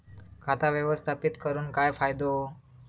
खाता व्यवस्थापित करून काय फायदो?